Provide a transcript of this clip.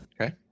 Okay